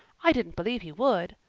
i didn't believe he would,